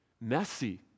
messy